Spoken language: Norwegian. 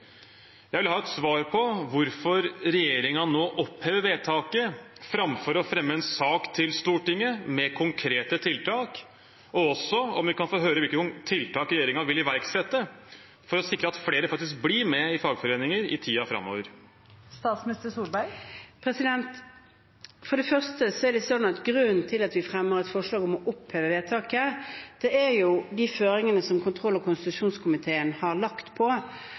Jeg vil ha et svar på hvorfor regjeringen nå opphever vedtaket framfor å fremme en sak til Stortinget med konkrete tiltak. Og kan vi få høre hvilke tiltak regjeringen vil iverksette for å sikre at flere faktisk blir med i fagforeninger i tiden framover? For det første er det sånn at grunnen til at vi fremmer et forslag om å oppheve vedtaket, er jo de føringene som kontroll- og konstitusjonskomiteen har lagt på